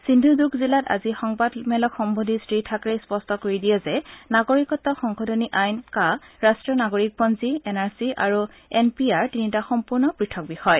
সিন্ধুদুৰ্গ জিলাত আজি সংবাদ মেলক সম্বোধী শ্ৰীথাকৰেই স্পষ্ট কৰি দিয়ে যে নাগৰিকত্ব সংশোধনী আইন কা ৰাষ্ট্ৰীয় নাগৰিকপঞ্জী এন আৰ চি আৰু এন পি আৰ তিনিটা সম্পূৰ্ণ পৃথক বিষয়